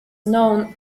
known